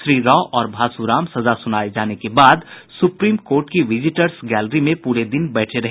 श्री राव और भासू राम सजा सुनाये जाने के बाद सुप्रीम कोर्ट की विजिटर्स गैलरी में पूरे दिन बैठे रहे